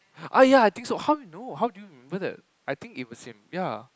!aiya! I think so how you know how do you I think it was him